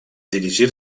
dirigir